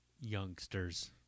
youngsters